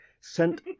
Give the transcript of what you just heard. sent